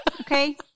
Okay